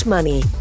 Money